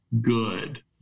good